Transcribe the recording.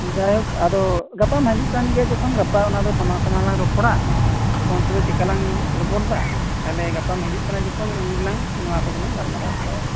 ᱡᱟᱭᱦᱳᱠ ᱟᱫᱚ ᱜᱟᱯᱟᱢ ᱦᱤᱡᱩᱜ ᱠᱟᱱ ᱜᱮᱭᱟ ᱡᱚᱠᱷᱚᱱ ᱜᱟᱯᱟ ᱚᱱᱟᱫᱚ ᱥᱟᱢᱟᱝ ᱥᱟᱢᱟᱝ ᱞᱟᱝ ᱨᱚᱯᱚᱲᱟ ᱯᱷᱳᱱ ᱛᱮᱫᱚ ᱪᱮᱫᱞᱮᱠᱟᱞᱟᱝ ᱨᱚᱯᱚᱲᱫᱟ ᱛᱟᱦᱚᱞᱮ ᱜᱟᱯᱟᱢ ᱦᱤᱡᱩᱜ ᱠᱟᱱᱟ ᱡᱚᱠᱷᱚᱱ ᱩᱱᱜᱮᱞᱟᱝ ᱱᱚᱶᱟ ᱠᱚᱫᱚᱞᱟᱝ ᱜᱟᱯᱟᱞᱢᱟᱨᱟᱣ ᱛᱟᱨᱟᱭᱟ